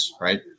right